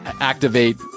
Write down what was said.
activate